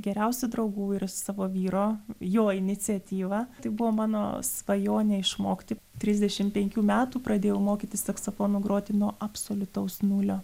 geriausių draugų ir savo vyro jo iniciatyva tai buvo mano svajonė išmokti trisdešim penkių metų pradėjau mokytis saksofonu groti nuo absoliutaus nulio